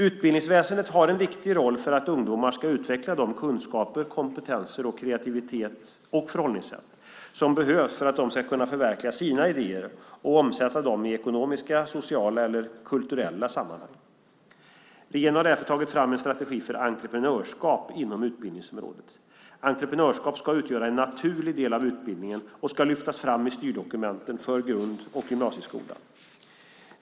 Utbildningsväsendet har en viktig roll för att ungdomar ska utveckla de kunskaper, kompetenser, kreativitet och förhållningssätt som behövs för att de ska kunna förverkliga sina idéer och omsätta dessa i ekonomiska, sociala eller kulturella sammanhang. Regeringen har därför tagit fram en strategi för entreprenörskap inom utbildningsområdet. Entreprenörskap ska utgöra en naturlig del av utbildningen och ska lyftas fram i styrdokumenten för grund och gymnasieskolan.